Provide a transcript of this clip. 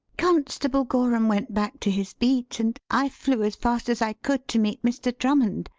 constable gorham went back to his beat, and i flew as fast as i could to meet mr. drummond.